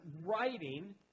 writing